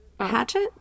hatchet